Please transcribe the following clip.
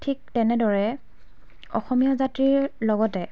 ঠিক তেনেদৰে অসমীয়া জাতিৰ লগতে